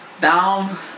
down